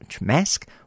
mask